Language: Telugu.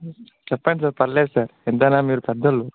చెప్పండి సార్ పర్లేదు సార్ ఎంతైనా మీరు పెద్దోళ్ళు